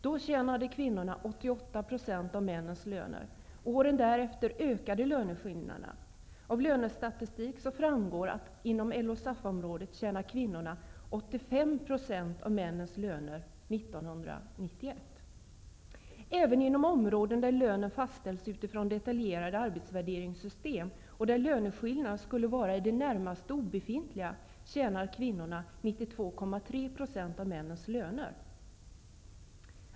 Då tjänade kvinnorna 88 % av männens löner. Åren därefter ökade löneskillnaderna. Av lönestatistik framgår att kvinnorna inom LO-SAF-området tjänade 85 % av männens löner 1991. Även inom områden där lönen fastställs utifrån detaljerade arbetsvärderingssystem och där löneskillnaderna skulle vara i det närmaste obefintliga tjänar kvinnorna 92,3 % av männens löner.